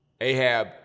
Ahab